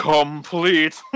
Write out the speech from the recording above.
Complete